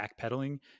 backpedaling